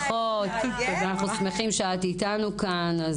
אנחנו שמחים שאת איתנו כאן.